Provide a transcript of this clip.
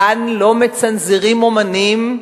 כאן לא מצנזרים אמנים,